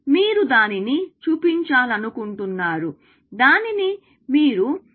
మీరు దానిని చూపించాలనుకుంటున్నారు దానిని మీరు క్షణంలో చేస్తారు